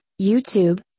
YouTube